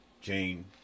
Jane